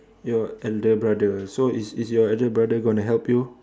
your elder brother so is is your elder brother gonna help you